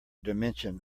dimension